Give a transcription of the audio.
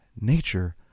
nature